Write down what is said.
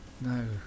no